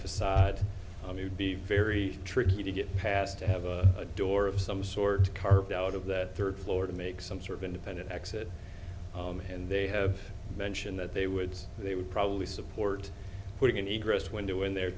facade be very tricky to get past to have a door of some sort carved out of that third floor to make some sort of independent exit and they have mentioned that they would they would probably support putting any grist window in there